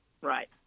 right